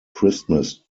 christmas